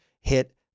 hit